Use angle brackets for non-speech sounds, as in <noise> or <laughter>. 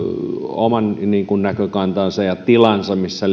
oman näkökantansa ja tilansa missä <unintelligible>